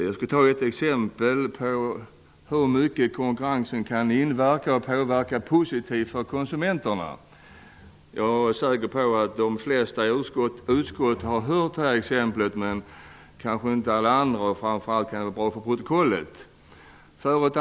Jag skall ta ett exempel på hur mycket konkurrensen kan inverka positivt för konsumenterna. Jag är säker på att de i utskottet har hört det här exemplet men kanske inte alla andra, och framför allt kanske det är bra för protokollet.